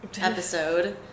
episode